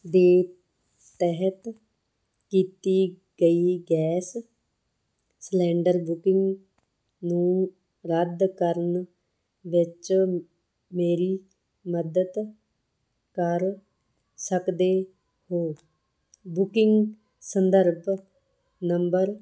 ਦੇ ਤਹਿਤ ਕੀਤੀ ਗਈ ਗੈਸ ਸਿਲੰਡਰ ਬੁਕਿੰਗ ਨੂੰ ਰੱਦ ਕਰਨ ਵਿੱਚ ਮੇਰੀ ਮਦਦ ਕਰ ਸਕਦੇ ਹੋ ਬੁਕਿੰਗ ਸੰਦਰਭ ਨੰਬਰ